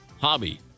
hobby